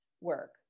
work